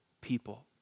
people